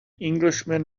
englishman